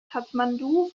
kathmandu